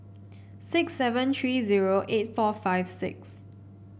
six seven three zero eight four five six